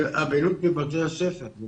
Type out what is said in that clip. הפעילות בבתי הספר.